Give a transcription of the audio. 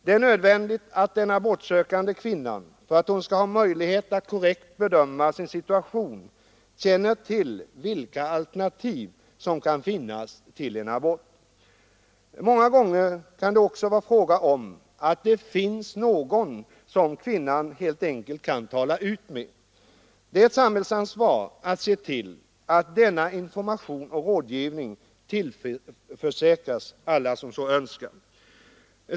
Det är nödvändigt att den abortsökande kvinnan, för att hon skall ha möjlighet att korrekt bedöma sin situation, känner till vilka alternativ som kan finnas till en abort. Många gånger kan det också vara frågan om att det helt enkelt finns någon som kvinnan kan tala ut med. Det är ett samhällsansvar att se till att denna information och rådgivning tillförsäkras alla som så önskar.